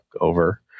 over